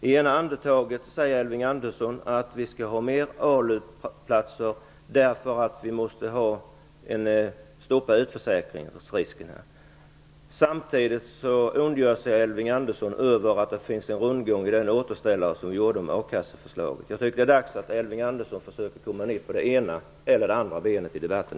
I det ena andetaget säger han att vi skall ha flera ALU-platser, därför att vi måste stoppa utförsäkringsriskerna, och samtidigt ondgör han sig över att det är en rundgång i den återställare som vi gjorde med a-kasseförslaget. Det är dags för Elving Andersson att försöka komma ned på det ena eller det andra benet i debatten.